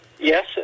Yes